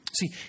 See